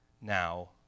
now